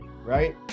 right